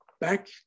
back